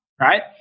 right